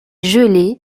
gelées